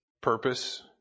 purpose